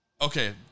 okay